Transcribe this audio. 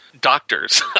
doctors